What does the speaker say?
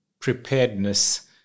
preparedness